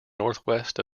northwest